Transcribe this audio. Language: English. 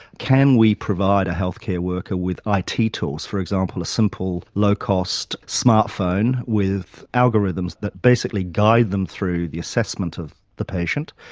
can we provide a health-care worker with it ah tools? for example, a simple low-cost smart phone with algorithms that basically guides them through the assessment of the patient,